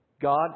God